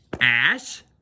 ash